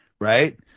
Right